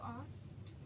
asked